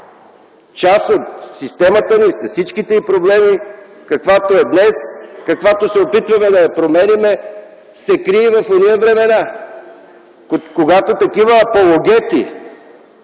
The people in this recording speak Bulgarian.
Част от системата ни с всичките й проблеми, каквато е днес, каквато се опитваме да я променяме се крие в онези времена, когато такива апологети